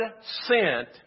sent